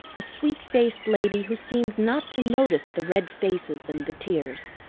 a sweet-faced lady who seemed not to notice the red faces and the tears.